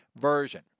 version